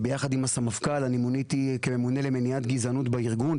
ביחד עם הסמפכ"ל אני מוניתי כממונה למניעת גזענות בארגון.